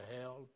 hell